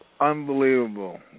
Unbelievable